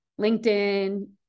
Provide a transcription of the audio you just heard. LinkedIn